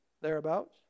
thereabouts